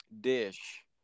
dish